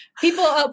People